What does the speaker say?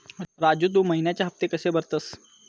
राजू, तू महिन्याचे हफ्ते कशे भरतंस?